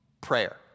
Prayer